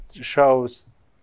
shows